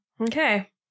Okay